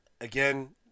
again